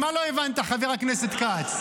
מה לא הבנת, חבר הכנסת כץ?